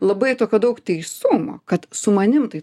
labai tokio daug teisumo kad su manim tai